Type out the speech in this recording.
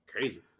Crazy